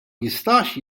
jistax